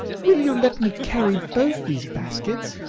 will you let me carry both these baskets?